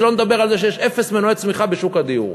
שלא נדבר על זה שיש אפס מנועי צמיחה בשוק הדיור.